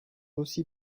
aussi